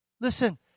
Listen